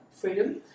freedom